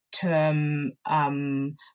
term